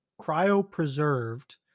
cryopreserved